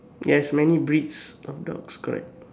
yes many breeds of dogs correct